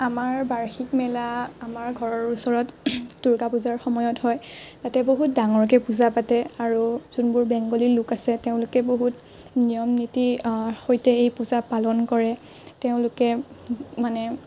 আমাৰ বাৰ্ষিক মেলা আমাৰ ঘৰৰ ওচৰত দূৰ্গা পূজাৰ সময়ত হয় তাতে বহুত ডাঙৰকে পূজা পাতে আৰু যোনবোৰ বেংগলী লোক আছে তেওঁলোকে বহুত নিয়ম নীতিৰ সৈতে এই পূজা পালন কৰে তেওঁলোকে মানে